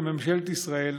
בממשלת ישראל,